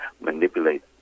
manipulate